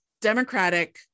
democratic